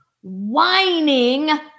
whining